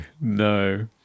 no